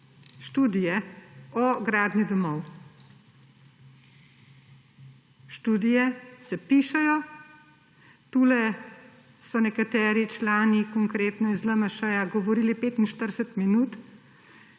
študije o gradnji domov. Študije se pišejo. Tule so nekateri člani, konkretno iz LMŠ, govorili 45 minut,